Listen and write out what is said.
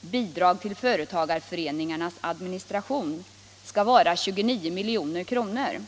”Bidrag till företagareföreningarnas administration” skall vara 29 milj.kr.